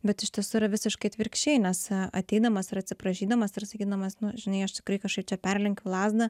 bet iš tiesų yra visiškai atvirkščiai nes ateidamas ir atsiprašydamas ar sakydamas nu žinai aš tikrai kažkaip čia perlenkiu lazdą